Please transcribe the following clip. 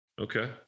Okay